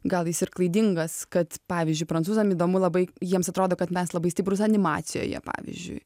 gal jis ir klaidingas kad pavyzdžiui prancūzam įdomu labai jiems atrodo kad mes labai stiprūs animacijoje pavyzdžiui